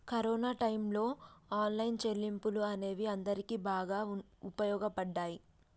corona టైయ్యంలో online చెల్లింపులు అనేవి అందరికీ బాగా వుపయోగపడ్డయ్యి